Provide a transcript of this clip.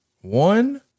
one